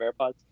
AirPods